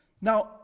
Now